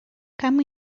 come